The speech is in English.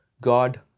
God